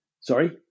sorry